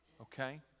okay